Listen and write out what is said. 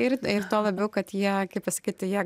ir ir tuo labiau kad jie kaip pasakyti jie